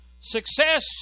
Success